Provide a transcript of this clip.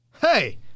hey